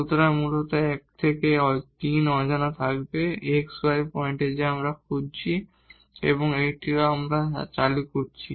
সুতরাংমূলত 1 থেকে 3 অজানা থাকবে x y পয়েন্টে যা আমরা খুঁজছি এবং এটিও আমরা চালু করেছি